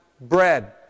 bread